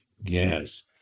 Yes